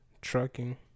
trucking